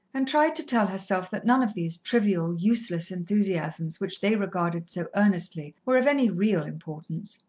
and tried to tell herself that none of these trivial, useless enthusiasms which they regarded so earnestly were of any real importance.